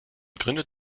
gründet